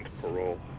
parole